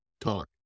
talk